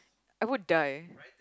I would die